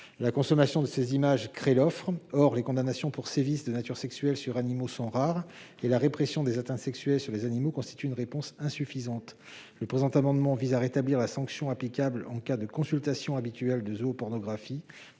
La consommation des images crée l'offre. Or les condamnations pour sévices de nature sexuelle sur animaux sont rares et la répression des atteintes sexuelles sur les animaux constitue une réponse insuffisante. Le présent amendement a pour objet de rétablir la sanction applicable en cas de consultation habituelle de zoopornographie